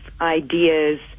ideas